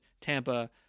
Tampa